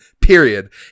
Period